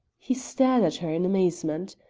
he stared at her in amazement,